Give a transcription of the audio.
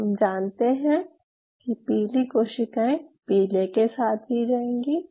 हम जानते हैं कि पीली कोशिकाएं पीले के साथ ही जाएंगी